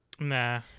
Nah